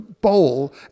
bowl